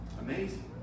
amazing